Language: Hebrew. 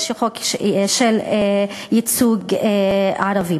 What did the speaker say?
יש חוק של ייצוג ערבים.